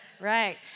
Right